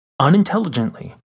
unintelligently